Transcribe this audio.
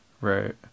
right